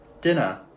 Dinner